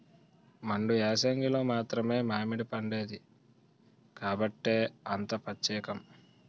మండు ఏసంగిలో మాత్రమే మావిడిపండేది కాబట్టే అంత పచ్చేకం